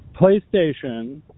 PlayStation